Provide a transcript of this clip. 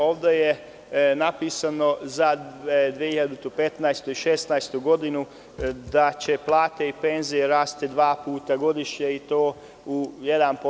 Ovde je napisano za 2015. i 2016. godinu da će plate i penzije rasti dva puta godišnje i to za 1%